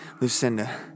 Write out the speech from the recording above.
Lucinda